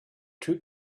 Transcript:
two